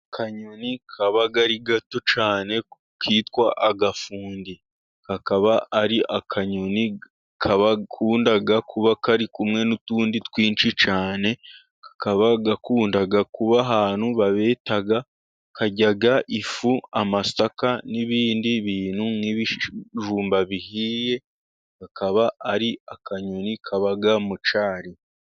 Akanyoni kaba ari gato cyane kitwa agafundi, kakaba ari akanyoni gakunda kuba kari kumwe n'utundi twinshi cyane, kakaba gakunda kuba ahantu babeta, karya ifu amasaka n'ibindi bintu nk'ibijumba bihiye, kakaba ari akanyoni kaba mu cyari.